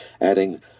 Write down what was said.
adding